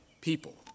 people